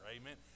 Amen